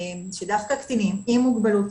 שדווקא קטינים עם מוגבלות,